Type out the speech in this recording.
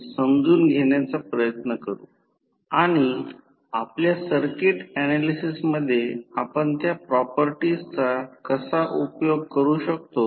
गणिताच्या व्युत्पत्ती साठी हे समकक्ष मंडल आपण आधी पाहिले आहे